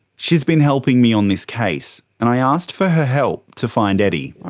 she's been helping me on this case, and i asked for her help to find eddie.